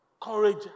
Courage